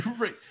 Right